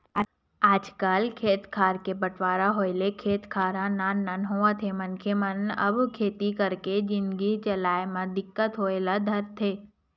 आजकल खेती खेत खार के बंटवारा होय ले खेत खार ह नान नान होवत हे मनखे मन अब खेती करके जिनगी चलाय म दिक्कत होय ल धरथे